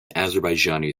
azerbaijani